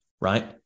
right